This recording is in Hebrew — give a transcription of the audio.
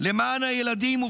למען ילדי דיר אל-בלח וחאן יונס,